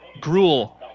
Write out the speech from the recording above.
Gruel